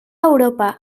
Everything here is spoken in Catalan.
europa